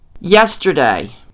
Yesterday